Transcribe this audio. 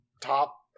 top